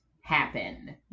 happen